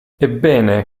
ebbene